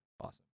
Awesome